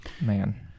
man